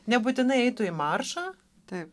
nebūtinai eitų į maršą taip